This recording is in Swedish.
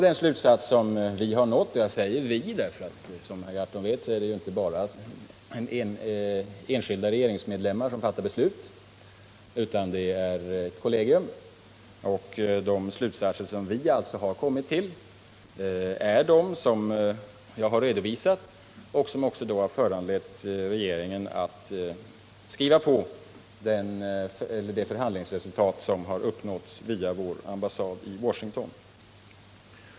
De slutsatser vi därvid kommit fram till — jag säger vi därför att det, som herr Gahrton vet, inte bara är enskilda regeringsmedlemmar som fattar beslut, utan det är ett kollegium — är de som jag har redovisat, och dessa slutsatser har också föranlett regeringen att skriva på det förhandlingsresultat som har uppnåtts via vår ambassad i Washington.